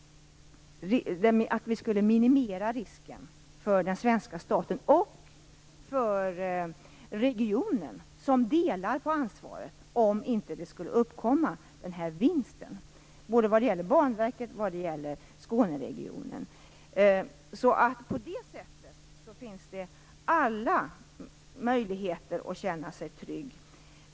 Vi minimerar risken för den svenska staten och för regionen, som delar på ansvaret om vinst inte skulle uppkomma. Det gäller både Banverket och Skåneregionen. På det sättet finns det alla möjligheter att känna sig trygg.